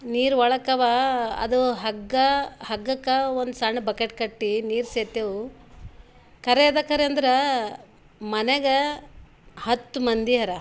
ನೀರು ಒಳಕ್ಕವ ಅದು ಹಗ್ಗ ಹಗ್ಗಕ್ಕೆ ಒಂದು ಸಣ್ಣ ಬಕೆಟ್ ಕಟ್ಟಿ ನೀರು ಸೇದ್ತೇವು ಖರೆ ಅದು ಖರೆ ಅಂದ್ರೆ ಮನೆಗ ಹತ್ತು ಮಂದಿ ಅರ